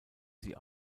sie